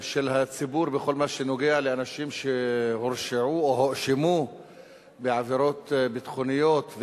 מה שנוגע לאנשים שהורשעו או הואשמו בעבירות ביטחוניות,